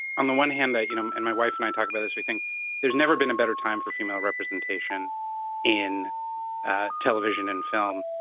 on the one hand, ah you know, and my wife and i talk about this. i think there's never been a better time for female representation in ah television and film,